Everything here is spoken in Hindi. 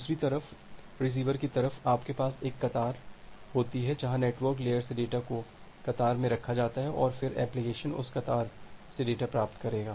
दूसरी तरफ रिसीवर की तरफ आपके पास एक कतार अर्थार्त क्यू होती है जहां नेटवर्क लेयर से डेटा को कतार अर्थार्त क्यू में रखा जाता है और फिर एप्लिकेशन उस कतार अर्थार्त क्यू से डेटा प्राप्त करेगा